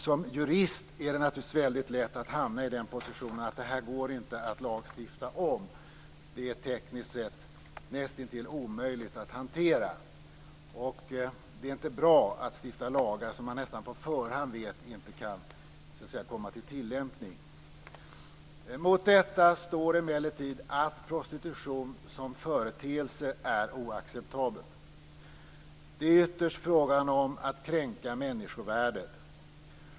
Som jurist är det naturligtvis väldigt lätt att hamna i den positionen att man säger att det inte går att lagstifta om detta. Det är tekniskt sett näst intill omöjligt att hantera detta, och det är inte bra att stifta lagar som man nästan på förväg vet inte kan komma till tilllämpning. Mot detta står emellertid att prostitution som företeelse är oacceptabel. Det är ytterst fråga om att kränka människovärdet.